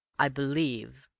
i believe,